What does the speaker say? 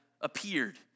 appeared